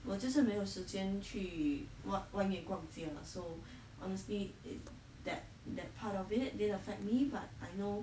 我就是没有时间去外外面逛街 lah so honestly in that that part of it didn't affect me but I know